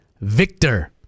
Victor